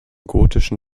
gotischen